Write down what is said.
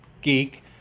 geek